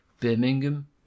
Birmingham